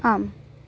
आम्